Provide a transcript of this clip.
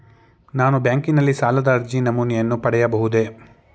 ನಾನು ಬ್ಯಾಂಕಿನಲ್ಲಿ ಸಾಲದ ಅರ್ಜಿ ನಮೂನೆಯನ್ನು ಪಡೆಯಬಹುದೇ?